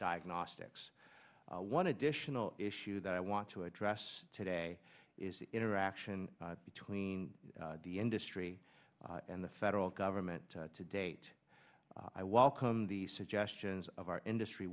diagnostics one additional issue that i want to address today is the interaction between the industry and the federal government to date i welcome the suggestions of our industry